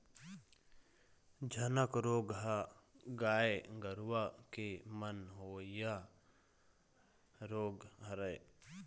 झनक रोग ह गाय गरुवा के म होवइया रोग हरय